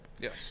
yes